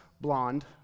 blonde